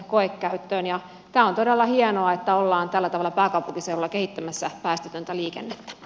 tämä on todella hienoa että ollaan tällä tavalla pääkaupunkiseudulla kehittämässä päästötöntä liikennettä